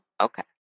Okay